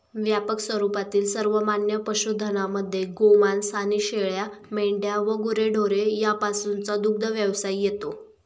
व्यापक स्वरूपातील सर्वमान्य पशुधनामध्ये गोमांस आणि शेळ्या, मेंढ्या व गुरेढोरे यापासूनचा दुग्धव्यवसाय येतो